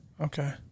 Okay